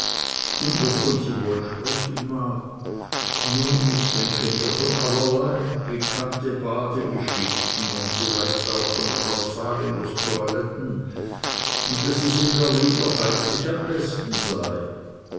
und wovon sie wohl sprechen mag nun ich denke mir von allerlei pikante badegeschichten und vielleicht auch von frau salingers toiletten und daß es in berlin doch eigentlich am besten sei